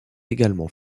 également